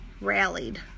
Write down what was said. rallied